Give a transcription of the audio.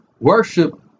worship